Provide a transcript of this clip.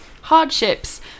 hardships